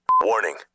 Warning